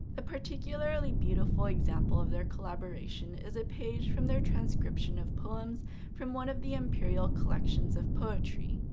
a particularly beautiful example of their collaboration is a page from their transcription of poems from one of the imperial collections of poetry.